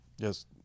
Yes